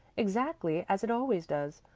exactly as it always does.